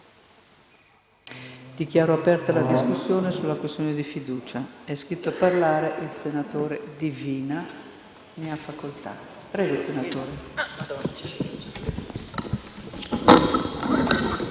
Dichiaro aperta la discussione sulla questione di fiducia. È iscritto a parlare il senatore Divina. Ne ha facoltà.